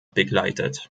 begleitet